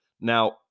now